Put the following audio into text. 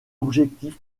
objectif